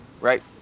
right